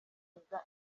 guteza